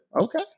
okay